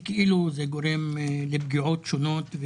שכאילו זה גורם לפגיעות שונות.